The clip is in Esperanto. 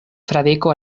fradeko